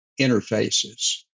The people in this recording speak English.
interfaces